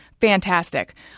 fantastic